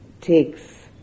takes